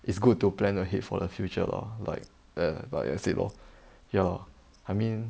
it's good to plan ahead for the future lah like err like I said lor ya I mean